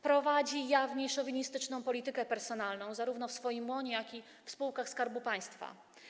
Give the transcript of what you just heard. Prowadzi jawnie szowinistyczną politykę personalną zarówno w MON-ie, jak i w spółkach Skarbu Państwa.